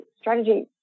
strategy